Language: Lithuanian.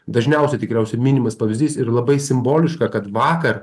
dažniausiai tikriausiai minimas pavyzdys ir labai simboliška kad vakar